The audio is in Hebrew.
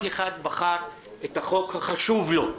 כל אחד בחר את החוק החשוב לו.